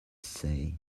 say